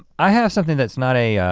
i have something that's not a,